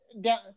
down